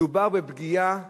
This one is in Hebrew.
מדובר בפגיעה